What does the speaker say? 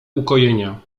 ukojenia